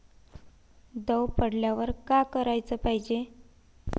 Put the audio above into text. दव पडल्यावर का कराच पायजे?